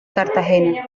cartagena